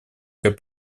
как